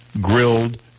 grilled